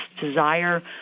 desire